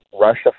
Russia